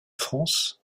france